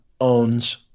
owns